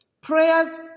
prayers